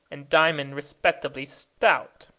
and diamond respectably stout.